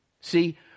See